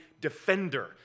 defender